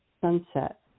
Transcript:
sunset